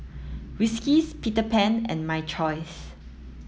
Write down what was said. Whiskas Peter Pan and My Choice